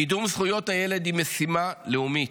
קידום זכויות הילד הוא משימה לאומית,